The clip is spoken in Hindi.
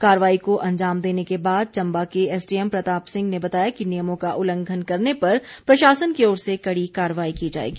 कार्रवाई को अंजाम देने के बाद चम्बा के एसडीएम प्रताप सिंह ने बताया कि नियमों का उल्लघंन करने पर प्रशासन की ओर से कड़ी कार्रवाई की जाएगी